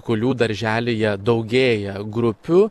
kulių darželyje daugėja grupių